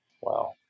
Wow